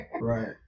right